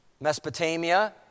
Mesopotamia